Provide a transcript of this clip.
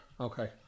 Okay